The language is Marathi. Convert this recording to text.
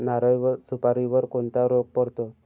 नारळ व सुपारीवर कोणता रोग पडतो?